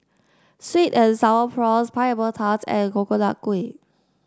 Sweet and Sour Prawns Pineapple Tart and Coconut Kuih